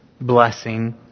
blessing